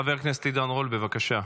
חבר הכנסת עידן רול, בבקשה.